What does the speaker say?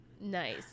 nice